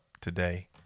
today